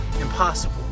impossible